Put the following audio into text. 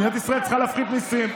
מדינת ישראל צריכה להפחית מיסים.